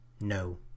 No